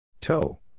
Toe